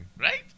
Right